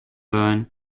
burn